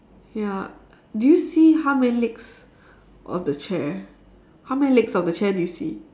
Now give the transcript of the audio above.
ya do you see how many legs of the chair how many legs of the chair do you see